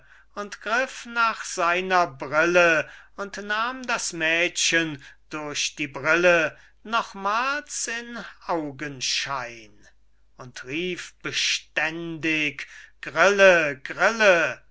und griff nach seiner brille und nahm das mädchen durch die brille nochmals in augenschein und rief beständig grille grille